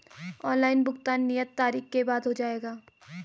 Online भुगतान नियत तारीख के बाद हो जाएगा?